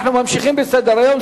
אנחנו ממשיכים בסדר-היום.